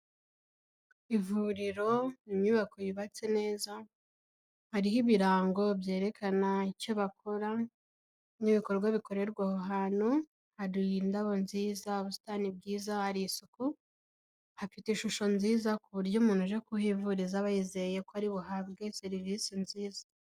Ivuriro ni inyubako yubatse neza, hariho ibirango byerekana icyo bakora n'ibikorwa bikorerwa aho hantu, hari indabo nziza, ubusitani bwiza, hari isuku, hafite ishusho nziza ku buryo umuntu uje kuhivuriza aba yizeye ko ari buhabwe serivisi nziza.